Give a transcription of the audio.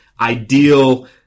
ideal